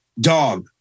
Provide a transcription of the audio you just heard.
Dog